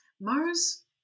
Mars